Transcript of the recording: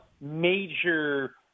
major